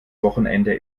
wochenende